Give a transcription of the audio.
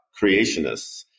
creationists